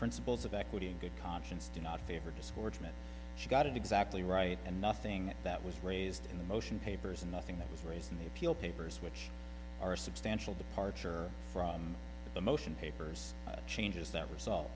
principles of equity and good conscience do not favor to sportsman she got it exactly right and nothing that was raised in the motion papers and nothing that was raised in the appeal papers which are substantial departure from the motion papers changes that result